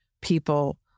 people